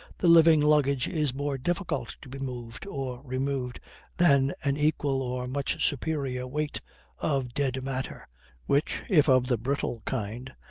the living, luggage is more difficult to be moved or removed than an equal or much superior weight of dead matter which, if of the brittle kind,